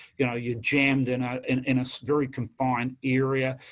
you know, you're jammed in ah and in a very confined area,